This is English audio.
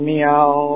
Meow